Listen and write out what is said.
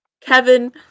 Kevin